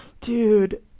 dude